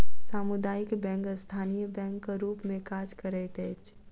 सामुदायिक बैंक स्थानीय बैंकक रूप मे काज करैत अछि